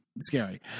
scary